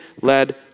led